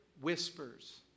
whispers